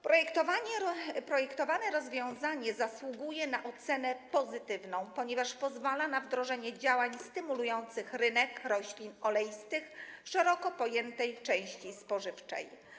Projektowane rozwiązanie zasługuje na ocenę pozytywną, ponieważ pozwala na wdrożenie działań stymulujących rynek roślin oleistych w szeroko pojętej części spożywczej.